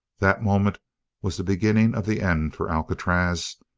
that moment was the beginning of the end for alcatraz.